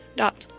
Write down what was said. dot